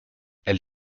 elle